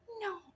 No